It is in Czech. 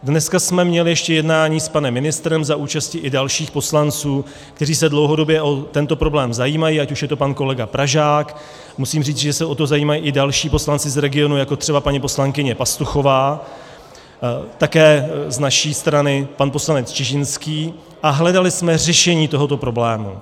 Dneska jsme měli ještě jednání s panem ministrem za účasti i dalších poslanců, kteří se dlouhodobě o tento problém zajímají, ať už je to pan kolega Pražák, musím říct, že se o to zajímají i další poslanci z regionu, jako třeba paní poslankyně Pastuchová, také z naší strany pan poslanec Čižinský, a hledali jsme řešení tohoto problému.